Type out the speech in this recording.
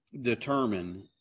determine